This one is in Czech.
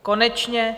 Konečně.